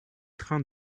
train